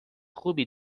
خوبی